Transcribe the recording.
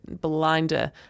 blinder